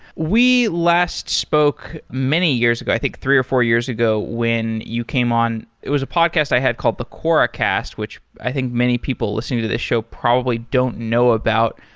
we last spoke many years ago, i think three or four years ago, when you came on. it was a podcast i had called the quoracast, which i think many people listening to the show probably don't know about,